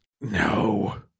No